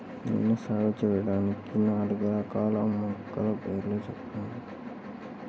నేను సాగు చేయటానికి నాలుగు రకాల మొలకల పేర్లు చెప్పండి?